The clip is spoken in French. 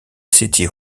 city